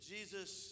Jesus